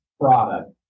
product